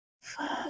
Fuck